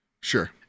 Sure